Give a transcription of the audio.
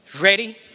Ready